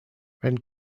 wenn